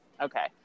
Okay